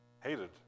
Hated